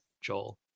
Joel